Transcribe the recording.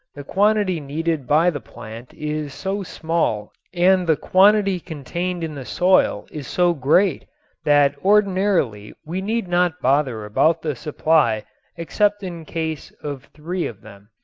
the quantity needed by the plant is so small and the quantity contained in the soil is so great that ordinarily we need not bother about the supply except in case of three of them.